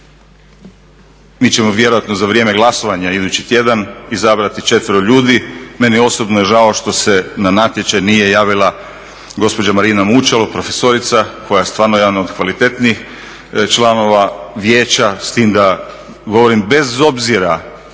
da ćemo mi za vrijeme glasovanja idući tjedan izabrati četvero ljudi. Meni je osobno žao što se na natječaj nije javila gospođa Marina Mućalo profesorica koja je stvarno jedan od kvalitetnih članova vijeća, s tim da govorim bez obzira